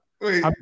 Wait